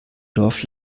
dorf